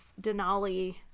Denali